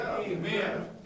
Amen